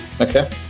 Okay